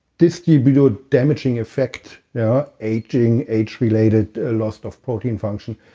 distributable damaging effect, yeah aging, age-related loss of protein function.